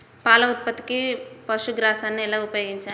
పాల ఉత్పత్తికి పశుగ్రాసాన్ని ఎలా ఉపయోగించాలి?